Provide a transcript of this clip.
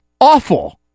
Awful